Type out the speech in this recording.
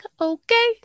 okay